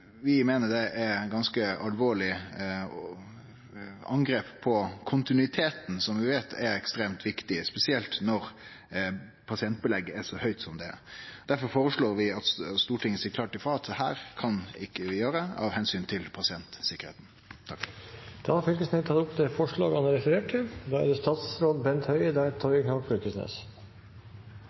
Vi meiner det er eit ganske alvorleg angrep på kontinuiteten, som vi veit er ekstremt viktig, spesielt når pasientbelegget er så høgt som det er. Difor føreslår vi at Stortinget seier klart frå om at dette kan ein ikkje gjere av omsyn til pasientsikkerheita. Representanten Torgeir Knag Fylkesnes har tatt opp det forslaget han refererte til. I eierstyringen av sykehusene har